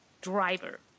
driver